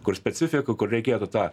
kur specifika kur reikėtų tą